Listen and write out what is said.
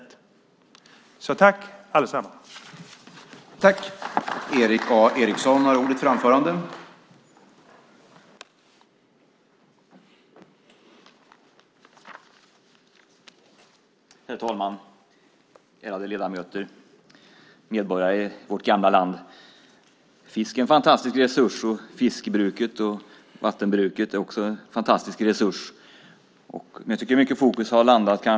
Tack, allesammans!